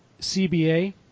CBA